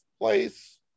place